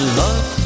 love